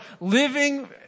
living